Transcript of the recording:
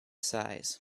size